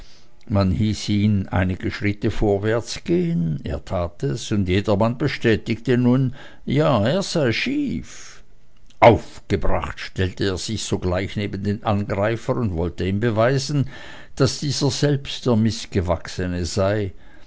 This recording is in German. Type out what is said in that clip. man hieß ihn einige schritte vorwärts gehen er tat es und jedermann bestätigte nun ja er sei schief aufgebracht stellte er sich sogleich neben den angreifer und wollte ihm beweisen daß dieser selbst der mißgewachsene sei